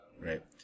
Right